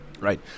Right